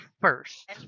first